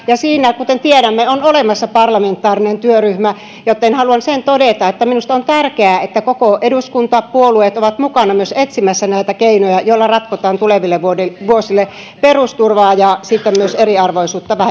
ja siinä kuten tiedämme on olemassa parlamentaarinen työryhmä joten haluan sen todeta että minusta on tärkeää että kaikki eduskuntapuolueet ovat mukana myös etsimässä näitä keinoja joilla ratkotaan tuleville vuosille perusturvaa ja sitten myös eriarvoisuutta